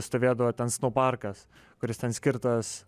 stovėdavo ten sno parkas kuris ten skirtas